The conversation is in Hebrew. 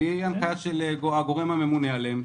בלי הנחיה של הגורם הממונה עליהם.